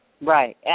Right